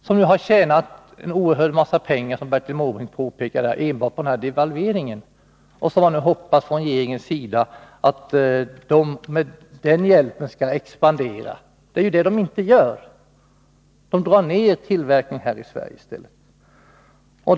Sandvik har tjänat oerhört mycket pengar, som Bertil Måbrink påpekade, enbart på devalveringen. Man hoppas nu från regeringens sida att detta hjälper företagen att expandera. Men det är det de inte gör. De drar ner tillverkningen här i Sverige i stället.